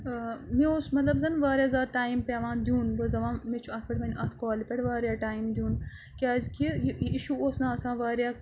مےٚ اوس مطلب زَن واریاہ زیادٕ ٹایم پٮ۪وان دیُن بہٕ ٲسٕس دپان مےٚ چھُ اَتھ پٮ۪ٹھ وۄنۍ اَتھ کالہِ پٮ۪ٹھ واریاہ ٹایم دیُن کیازکہِ یہِ اِشوٗ اوس نہٕ آسان واریاہ